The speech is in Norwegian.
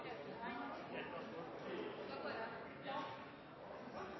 Svaret er ja